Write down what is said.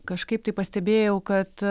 kažkaip tai pastebėjau kad